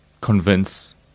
convince